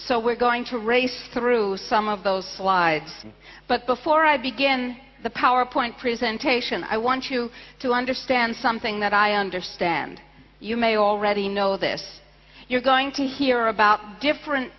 so we're going to race through some of those slides but before i begin the powerpoint presentation i want you to understand something that i understand you may already know this you're going to hear about different